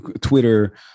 Twitter